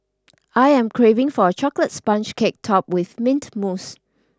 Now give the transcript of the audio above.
I am craving for a chocolate sponge cake topped with mint mousse